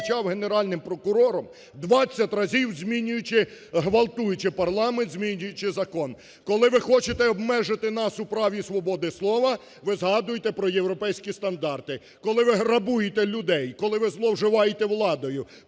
ви згадуєте про європейські стандарти. Коли ви грабуєте людей, коли ви зловживаєте владою,